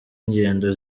ingendo